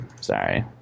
Sorry